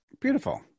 Beautiful